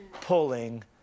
pulling